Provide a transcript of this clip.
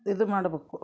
ಇದು ಮಾಡ್ಬೇಕು